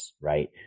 right